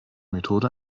methode